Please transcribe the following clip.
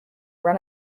run